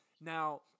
Now